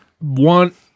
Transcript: one